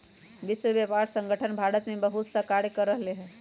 विश्व व्यापार संगठन भारत में बहुतसा कार्य कर रहले है